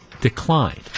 declined